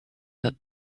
that